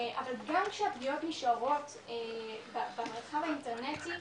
אבל גם שהפגיעות נשארות במרחב האינטרנטי,